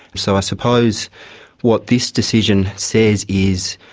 so i suppose what this decision says is,